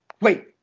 wait